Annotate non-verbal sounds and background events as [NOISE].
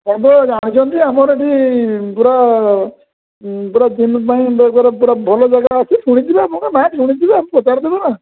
ଆପଣ ତ ଜାଣିଛନ୍ତି ଆମର ଏଠି ପୂରା [UNINTELLIGIBLE] ଭଲ ଜାଗା ଅଛି ଶୁଣିଥିବେ ଆମର ନାଁ ଶୁଣିଥିବେ ପଚାରି ଦେବେ